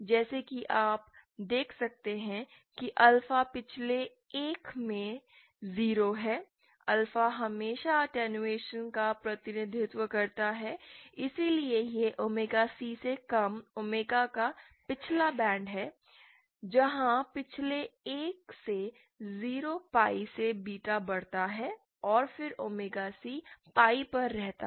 जैसा कि आप देख सकते हैं कि अल्फा पिछले एक में 0 है अल्फा हमेशा अटेंडहुएसन का प्रतिनिधित्व करता है इसलिए यह ओमेगा C से कम ओमेगा का पिछला बैंड है जहां पिछले एक से 0 पाई से बीटा बढ़ता है और फिर ओमेगा C पाई पर रहता है